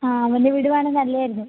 ആ അവനെ വിടുകയാണെങ്കില് നല്ലതായിരുന്നു